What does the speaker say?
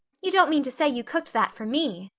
you don't mean to say you cooked that for me!